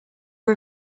are